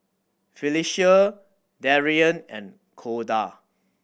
Felecia Darian and Corda